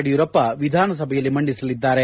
ಯಡಿಯೂರಪ್ಪ ವಿಧಾನಸಭೆಯಲ್ಲಿ ಮಂಡಿಸಲಿದ್ದಾರೆ